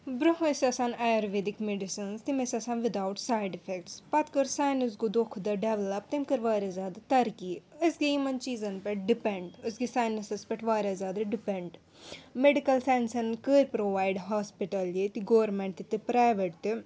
برٛۄنٛہہ ٲسۍ آسان آیُرویدِک میڈِسَنٕز تِم ٲسۍ آسان وِدآوُٹ سایِڈ اِفٮ۪کٹٕس پَتہٕ کٔر ساینَس گوٚو دۄہ کھۄتہٕ دۄہ ڈیولَپ تٔمۍ کٔر وارِیاہ زیادٕ ترقی أسۍ گٔے یِمَن چیٖزَن پٮ۪ٹھ ڈِپٮ۪نٛڈ أسۍ گٔے ساینَسَس پٮ۪ٹھ وارِیاہ زیادٕ ڈِپٮ۪نٛڈ میڈِکَل ساینسَن کٔرۍ پرٛووایڈ ہاسپِٹَل ییٚتہِ گورمٮ۪نٛٹ تہِ تہِ پرٛایویٹ تہِ